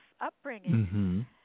upbringing